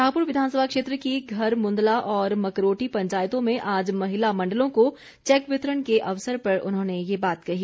शाहपुर विधानसभा क्षेत्र की घर मुन्दला और मकरोटी पंचायतों में आज महिला मण्डलों को चैक वितरण के अवसर पर उन्होंने ये बात कही